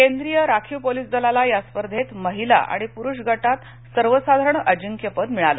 केंद्रीय राखीव पोलिस दलाला या स्पर्धेत महिला आणि पुरूष गटात सर्वसाधारण अजिंक्यपद मिळालं